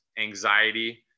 anxiety